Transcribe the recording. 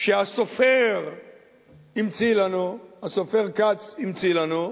שהסופר המציא לנו, הסופר כץ המציא לנו,